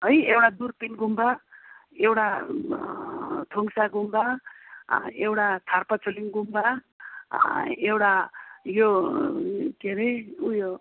है एउटा दुर्बिन गुम्बा एउटा थुङ्सा गुम्बा एउटा थार्पाथुलिङ गुम्बा एउटा यो के अरे उयो